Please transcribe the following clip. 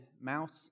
mouse